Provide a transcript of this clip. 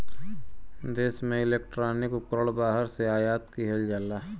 देश में इलेक्ट्रॉनिक उपकरण बाहर से आयात किहल जाला